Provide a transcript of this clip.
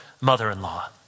mother-in-law